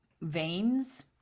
veins